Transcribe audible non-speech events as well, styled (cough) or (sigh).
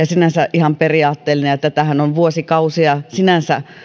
(unintelligible) sinänsä ihan tarpeellinen ja tätähän on vuosikausia sinänsä